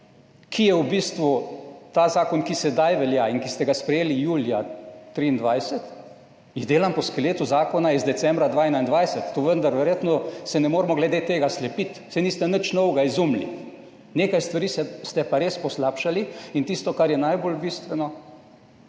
ki je v bistvu ta zakon, ki sedaj velja in ki ste ga sprejeli julija 2023, jih delam po skeletu zakona iz decembra 2021, tu vendar verjetno se ne moremo glede tega slepiti, saj niste nič novega izumili. Nekaj stvari ste pa res poslabšali, in tisto kar je najbolj bistveno,